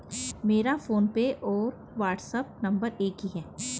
मेरा फोनपे और WhatsApp number एक ही है